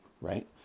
right